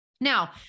Now